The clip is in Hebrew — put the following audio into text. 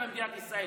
אדוני היושב-ראש.